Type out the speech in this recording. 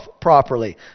properly